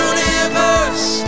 Universe